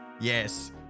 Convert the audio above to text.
Yes